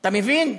אתה מבין?